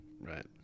right